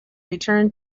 return